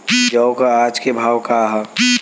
जौ क आज के भाव का ह?